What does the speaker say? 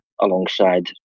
alongside